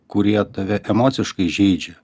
kurie tave emociškai žeidžia